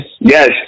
Yes